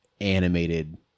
animated